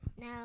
No